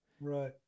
right